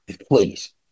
please